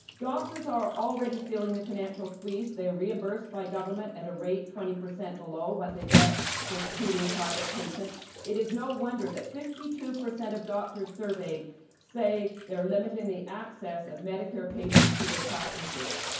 doctors are already feeling the financial squeeze. they are reimbursed by government at a rate twenty percent below what they get for treating private patients. it is no wonder that fifty two percent of doctors surveyed say they're limiting the access of medicare patients to their practices.